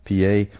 PA